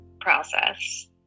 process